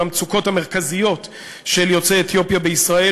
על המצוקות המרכזיות של יוצאי אתיופיה בישראל,